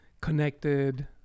connected